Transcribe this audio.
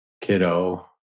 kiddo